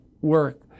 work